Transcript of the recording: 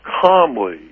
calmly